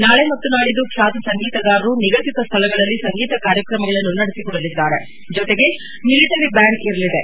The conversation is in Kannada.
ನಾಳೆ ಮತ್ತು ನಾಡಿದ್ದು ಖ್ಯಾತ ಸಂಗೀತಗಾರರು ನಿಗದಿತ ಸ್ಥಳಗಳಲ್ಲಿ ಸಂಗೀತ ಕಾರ್ಯಕ್ರಮಗಳನ್ನು ನಡೆಸಿಕೊಡಲಿದ್ದಾರೆ ಜೊತೆಗೆ ಮಿಲಿಟರಿ ಬ್ಯಾಂಡ್ ಇರಲಿದೆ